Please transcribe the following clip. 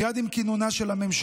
מייד עם כינונה של הממשלה.